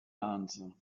answer